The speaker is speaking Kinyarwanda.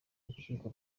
urukiko